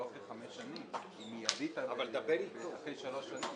הוא לא אחרי חמש שנים, הוא מידי אחרי שלוש שנים.